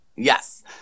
Yes